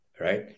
right